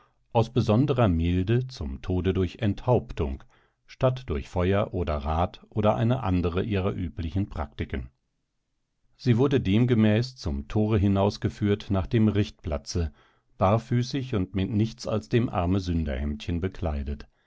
aus besonderer milde zum tode durch enthauptung statt durch feuer oder rad oder eine andere ihrer üblichen praktiken sie wurde demgemäß zum tore hinaus geführt nach dem richtplatze barfüßig und mit nichts als dem armensünderhemde bekleidet